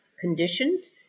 conditions